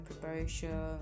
preparation